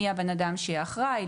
מי הבן אדם שיהיה אחראי,